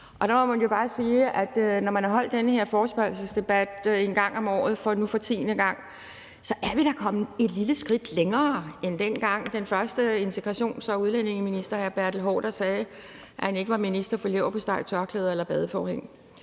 nu. Der må man jo bare sige, at når man har holdt den her forespørgselsdebat en gang om året og nu for tiende gang, så er vi da kommet et lille skridt længere, end dengang den første integrations- og udlændingeminister hr. Bertel Haarder sagde, at han ikke var minister for leverpostej, tørklæder eller badeforhæng.